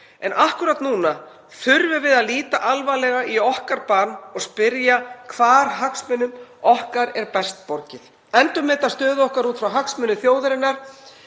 En akkúrat núna þurfum við að líta alvarlega í okkar barm og spyrja hvar hagsmunum okkar er best borgið, endurmeta stöðu okkar út frá hagsmunum þjóðarinnar